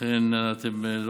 אכן הנושא